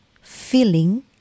feeling